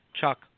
Chuck